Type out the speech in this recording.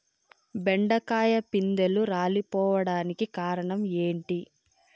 బెండకాయ పిందెలు రాలిపోవడానికి కారణం ఏంటి?